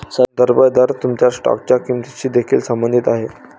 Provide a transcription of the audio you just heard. संदर्भ दर तुमच्या स्टॉकच्या किंमतीशी देखील संबंधित आहे